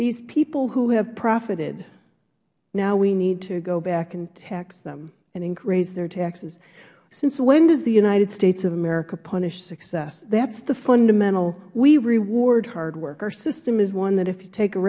these people who have profited now we need to go back and tax them and increase their taxes since when does the united states of america punish success that is the fundamental we reward hard work our system is one that if you take